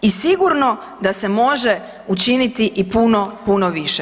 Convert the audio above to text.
I sigurno da se može učiniti i puno, puno više.